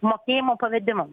mokėjimo pavedimam